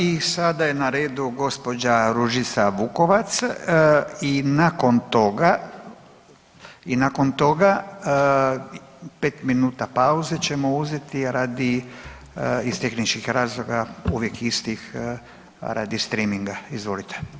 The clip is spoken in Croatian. I sada je na redu gđa. Ružica Vukovac i nakon toga, i nakon toga 5 minuta pauze ćemo uzeti radi, iz tehničkih razloga uvijek istih, radi sreaminga, izvolite.